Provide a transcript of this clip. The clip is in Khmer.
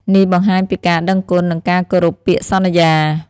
នេះបង្ហាញពីការដឹងគុណ និងការគោរពពាក្យសន្យា។